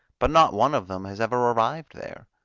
but not one of them has ever arrived there.